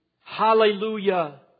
Hallelujah